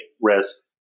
risk